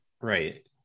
right